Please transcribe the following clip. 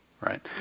right